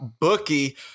bookie